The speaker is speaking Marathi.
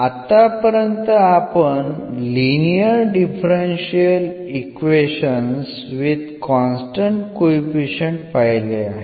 आतापर्यंत आपण linear differential equations with constant coefficient पहिले आहेत